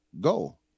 go